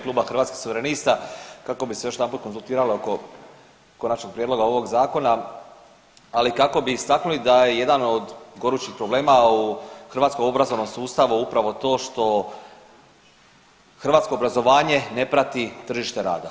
kluba Hrvatskih suverenista kako bi se još jedanput konzultirali oko konačnog prijedloga ovog zakona, ali kako bi istaknuli da je jedan od gorućih problema u hrvatskom obrazovnom sustavu upravo to što hrvatsko obrazovanje ne prati tržište rada.